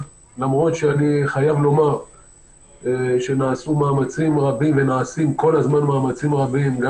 אני חייב לומר שנעשו מאמצים רבים ונעשים כל הזמן מאמצים רבים גם